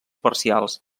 parcials